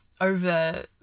over